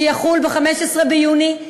שיחול ב-15 ביוני,